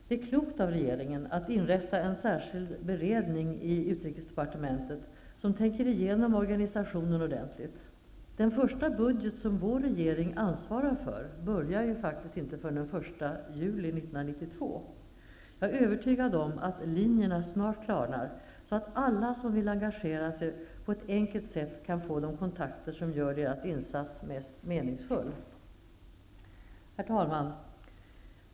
Det är klokt av regeringen att inrätta en särskild beredning i utrikesdepartementet som tänker igenom organisationen ordentligt. Det första budgetår som vår regering ansvarar för börjar faktiskt inte förrän den 1 juli 1992. Jag är övertygad om att linjerna snart klarnar, så att alla som vill engagera sig på ett enkelt sätt kan få de kontakter som gör deras insats mest meningsfull. Herr talman!